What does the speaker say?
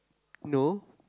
no